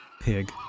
pig